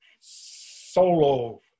solo